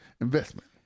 Investment